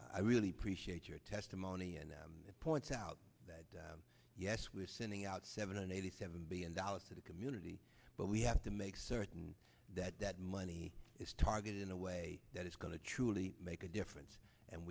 media i really appreciate your testimony and it points out that yes we are sending out seven hundred eighty seven billion dollars to the community but we have to make certain that that money is targeted in a way that is going to truly make a difference and